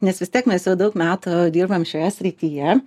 nes vis tiek mes jau daug metų dirbam šioje srityje